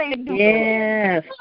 Yes